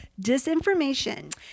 disinformation